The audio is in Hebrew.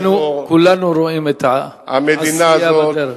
כולנו רואים את העשייה בדרך.